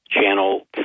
Channel